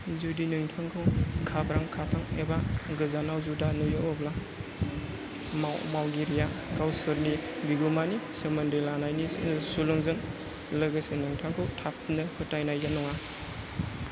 जुदि नोंथाखौ खाब्रां खाथां एबा गोजानाव जुदा नुयो अब्ला माव मावगिरिया गावसोरनि बिगुमानि सोमोन्दो लानायनि ओह सुलुंजों लोगोसे नोंथांखौ थाबनो फोथाइनाय नङा